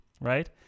right